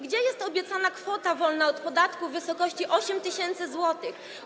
Gdzie jest obiecana kwota wolna od podatku w wysokości 8000 zł?